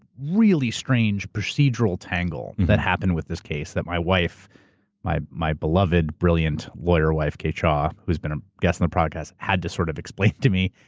really strange procedural tangle that happened with this case that my wife my my beloved, brilliant lawyer wife, kate shaw, who's been a guest on the podcast had to sort of explain to me.